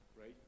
Right